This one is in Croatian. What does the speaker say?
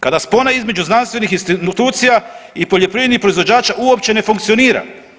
Kada spona između znanstvenih institucija i poljoprivrednih proizvođača uopće ne funkcionira.